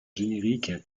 génériques